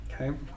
Okay